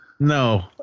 No